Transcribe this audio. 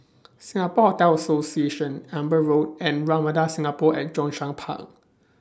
Singapore Hotel Association Amber Road and Ramada Singapore At Zhongshan Park